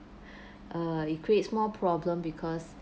err it creates more problem because